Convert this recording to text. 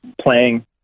playing